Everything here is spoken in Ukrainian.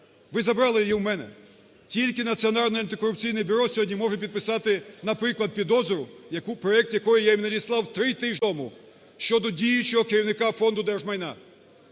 Ви забрали її у мене. Тільки Національне антикорупційне бюро сьогодні може підписати, наприклад, підозру, проект якої я їм надіслав три тижні тому щодо діючого керівника Фонду держмайна.